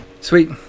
Sweet